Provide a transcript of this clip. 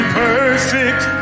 perfect